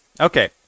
Okay